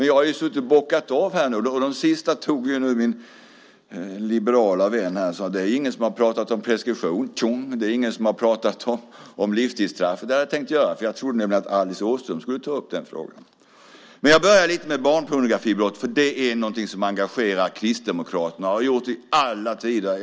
Jag har nu suttit och bockat av dem. De sista tog min liberala vän när han sade: Det är ingen som har pratat om preskription; det är ingen som har pratat om livstidsstraff. Jag trodde att Alice Åström skulle ta upp den frågan. Jag börjar med barnpornografibrott. Det är något som engagerar Kristdemokraterna. Det har det gjort i alla tider.